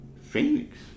Phoenix